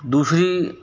दूसरी